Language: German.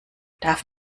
darf